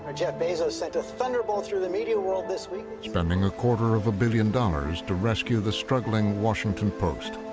ah jeff bezos sent a thunderbolt through the media world this week. narrator spending a quarter of a billion dollars to rescue the struggling washington post.